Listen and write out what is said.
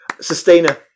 Sustainer